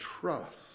trust